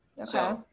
Okay